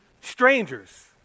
strangers